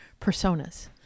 personas